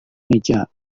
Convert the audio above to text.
meja